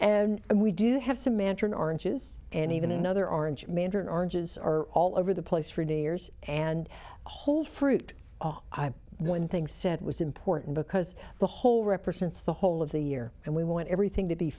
and we do have some mantra oranges and even another orange mandarin oranges are all over the place for new years and whole fruit one thing said was important because the whole represents the whole of the year and we want everything to be